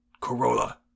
Corolla